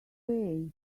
way